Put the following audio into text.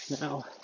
now